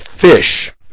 fish